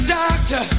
doctor